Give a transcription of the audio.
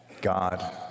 God